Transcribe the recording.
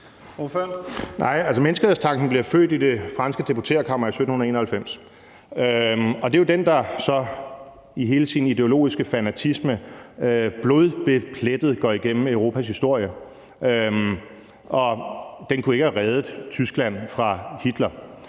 menneskerettighedstanken bliver født i det franske deputeretkammer i 1791. Det er jo den, der så i hele sin ideologiske fanatisme går blodbestænkt igennem Europas historie, og den kunne ikke have reddet Tyskland fra Hitler.